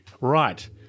right